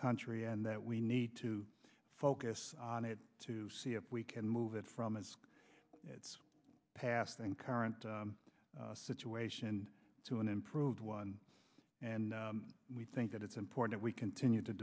country and that we need to focus on it to see if we can move it from as its past and current situation to an improved one and we think that it's important we continue to